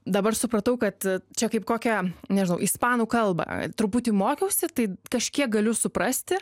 dabar supratau kad čia kaip kokia nežinau ispanų kalbą truputį mokiausi tai kažkiek galiu suprasti